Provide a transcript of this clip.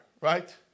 right